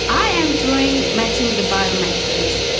i am doing matching the biometrics.